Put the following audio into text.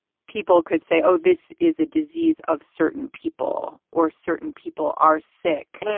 people could say, oh, this is a disease of certain people or certain people are sick.